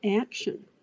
action